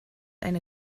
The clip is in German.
eine